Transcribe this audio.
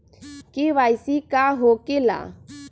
KYC का हो के ला?